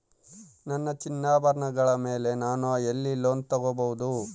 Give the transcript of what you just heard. ನನ್ನ ಚಿನ್ನಾಭರಣಗಳ ಮೇಲೆ ನಾನು ಎಲ್ಲಿ ಲೋನ್ ತೊಗೊಬಹುದು?